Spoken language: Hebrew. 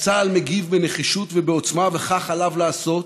אז צה"ל מגיב בנחישות ובעוצמה, וכך עליו לעשות.